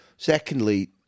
Secondly